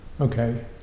okay